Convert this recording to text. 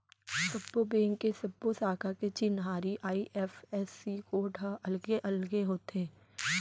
सब्बो बेंक के सब्बो साखा के चिन्हारी आई.एफ.एस.सी कोड ह अलगे अलगे होथे